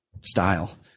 style